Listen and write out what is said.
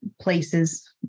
places